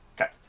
Okay